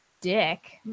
Dick